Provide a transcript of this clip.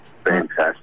Fantastic